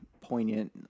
poignant